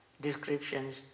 descriptions